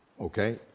Okay